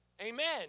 Amen